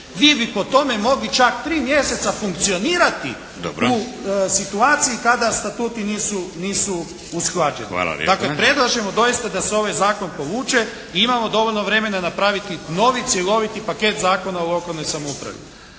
Vi bi po tome mogli čak 3 mjeseca funkcionirati u …… /Upadica: Dobro./ … situaciji kada statuti nisu usklađeni. Dakle predlažemo doista da se ovaj Zakon povuče i imamo dovoljno vremena napraviti novi cjeloviti paket zakona o lokalnoj samoupravi.